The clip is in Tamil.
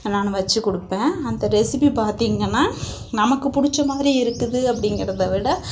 நான் வச்சு கொடுப்பேன் அந்த ரெசிபி பார்த்திங்கன்னா நமக்கு பிடிச்ச மாதிரி இருக்குது அப்படிங்கறத விட